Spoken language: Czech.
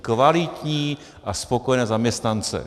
Kvalitní, spokojené zaměstnance.